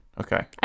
Okay